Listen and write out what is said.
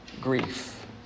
grief